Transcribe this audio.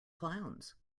clowns